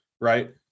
right